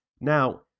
Now